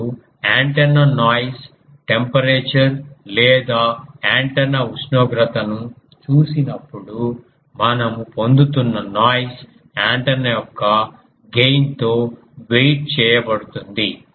ఇప్పుడు antenna noise temperature లేదా antenna ఉష్ణోగ్రతను చూసినప్పుడు మనము పొందుతున్న నాయిస్ యాంటెన్నా యొక్క గెయిన్ తో వెయిట్ చేయబడుతుంది